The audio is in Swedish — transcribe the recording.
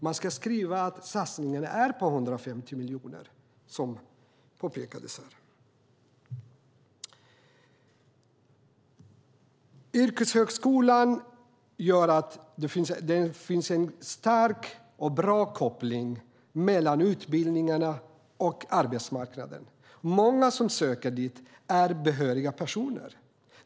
Man ska skriva att satsningen är på 150 miljoner, som påpekades här. Yrkeshögskolan gör att det finns en stark och bra koppling mellan utbildningarna och arbetsmarknaden. Många som söker dit är behöriga personer.